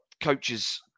coaches